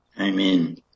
Amen